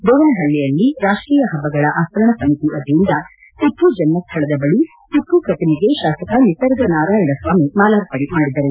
ದೇವನಹಳ್ಳಿಯಲ್ಲಿ ರಾಷ್ಟೀಯ ಹಬ್ಬಗಳ ಆಚರಣಾ ಸಮಿತಿ ವತಿಯಿಂದ ಟಪ್ಪು ಜನಸ್ವಳದ ಬಳಿ ಟಪ್ಪು ಶ್ರತಿಮೆಗೆ ಶಾಸಕ ನಿಸರ್ಗ ನಾರಾಯಣ ಸ್ವಾಮಿ ಮಾಲಾರ್ಪಣೆ ಮಾಡಿದರು